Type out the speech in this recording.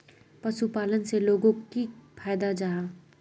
पशुपालन से लोगोक की फायदा जाहा?